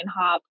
hop